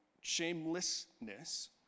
shamelessness